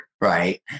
right